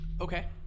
Okay